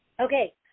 Okay